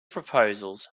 proposals